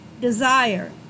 desire